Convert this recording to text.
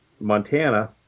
Montana